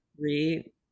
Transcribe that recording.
three